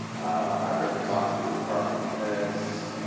i remember talking to the department of defense.